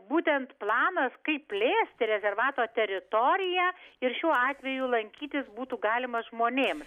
būtent planas kaip plėsti rezervato teritoriją ir šiuo atveju lankytis būtų galima žmonėms